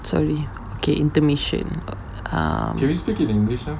sorry okay intermission